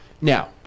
Now